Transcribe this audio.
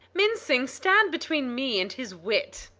mincing, stand between me and his wit.